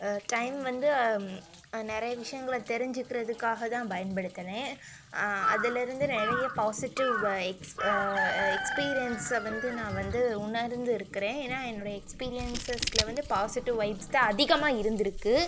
time வந்து நிறைய விஷயங்கள தெரிஞ்சிக்கிறதுக்காக தான் பயன்படுத்தினேன் அதுலருந்து நிறைய பாசிட்டிவ் எக்ஸ் எக்ஸ்பீரியன்ஸ வந்து நான் வந்து உணர்ந்து இருக்கிறேன் ஏன்னா என்னுடைய எக்ஸ்பீரியன்ஸ்சில் வந்து பாசிட்டிவ் வைப்ஸ் தான் அதிகமாக இருந்துருக்கு